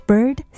Bird